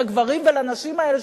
לגברים ולנשים האלה,